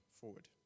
forward